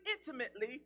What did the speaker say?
intimately